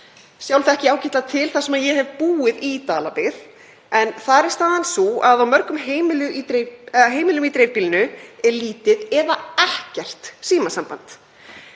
Sjálf þekki ég ágætlega til þar sem ég hef búið í Dalabyggð en þar er staðan sú að á mörgum heimilum í dreifbýlinu er lítið eða ekkert símasamband.